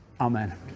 Amen